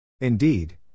Indeed